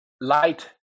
light